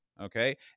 Okay